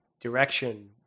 direction